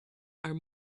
are